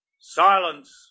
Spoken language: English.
Silence